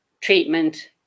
treatment